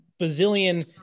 bazillion